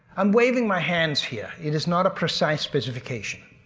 i'm waving my hands here. it is not a precise specification.